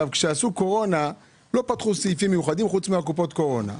כשעשו קורונה לא פתחו סעיפים מיוחדים חוץ מקופות הקורונה.